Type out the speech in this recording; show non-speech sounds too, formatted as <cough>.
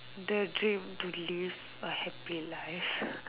the dream to live a happy life <breath>